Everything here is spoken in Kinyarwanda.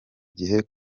gihe